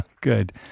Good